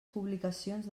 publicacions